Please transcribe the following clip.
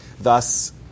Thus